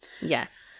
Yes